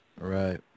Right